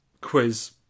quiz